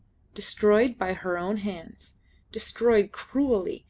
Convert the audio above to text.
destroyed by her own hands destroyed cruelly,